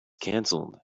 cancelled